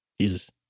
Jesus